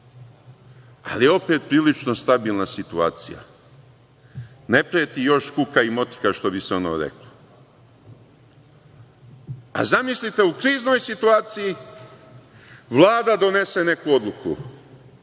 ali opet je prilično stabilna situacija, ne preti još kuka i motika što bi se ono reklo. A, zamislite u kriznoj situaciji, Vlada donese neku odluku